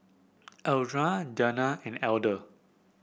Eldred Dawna and Elder